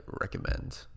recommend